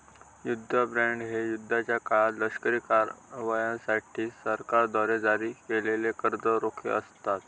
युद्ध बॉण्ड हे युद्धाच्या काळात लष्करी कारवायांसाठी सरकारद्वारे जारी केलेले कर्ज रोखे असतत